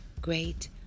great